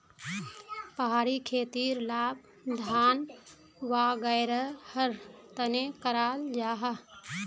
पहाड़ी खेतीर लाभ धान वागैरहर तने कराल जाहा